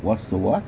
what's the what